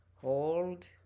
hold